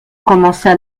commença